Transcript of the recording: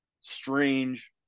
strange